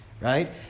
right